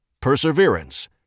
Perseverance